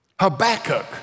Habakkuk